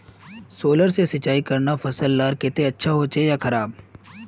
Solar से सिंचाई करना फसल लार केते अच्छा होचे या खराब?